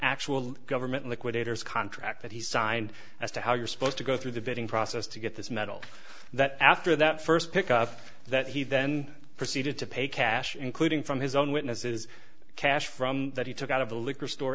actual government liquidators contract that he signed as to how you're supposed to go through the vetting process to get this metal that after that first pick up that he then proceeded to pay cash including from his own witnesses cash from that he took out of the liquor store